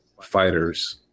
fighters